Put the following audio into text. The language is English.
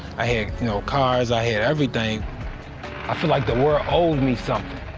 i had you know cars. i had everything. i felt like the world owed me something.